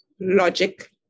logic